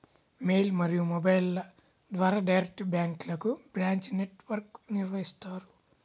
mail మరియు మొబైల్ల ద్వారా డైరెక్ట్ బ్యాంక్లకు బ్రాంచ్ నెట్ వర్క్ను నిర్వహిత్తారు